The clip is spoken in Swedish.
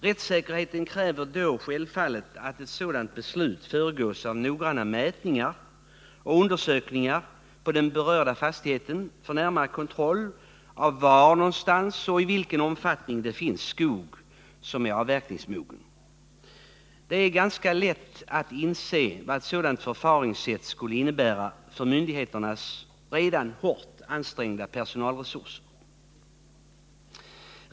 Rättssäkerheten kräver självfallet att ett sådant beslut föregås av noggranna mätningar och undersökningar på den berörda fastigheten för närmare kontroll av var och i vilken omfattning det finns skog som är avverkningsmogen. Det är lätt att inse vad ett sådant förfaringssätt skulle innebära för myndigheternas redan hårt ansträngda personalresurser.